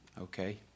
Okay